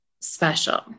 Special